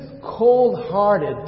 cold-hearted